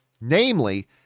namely